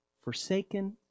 forsaken